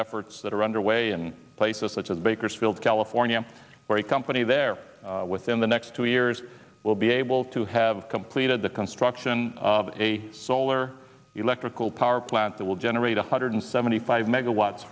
efforts that are underway in places such as bakersfield california where a company there within the next two years will be able to have completed the construction of a solar electrical power plant that will generate one hundred seventy five megawat